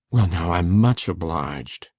now, i'm much obliged,